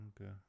Okay